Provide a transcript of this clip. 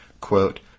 quote